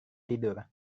tidur